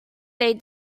they